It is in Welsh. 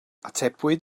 atebwyd